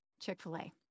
Chick-fil-A